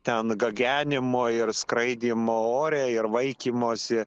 ten gagenimo ir skraidymo ore ir vaikymosi